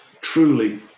truly